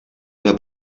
una